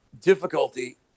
difficulty